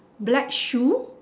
black shoe